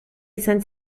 izan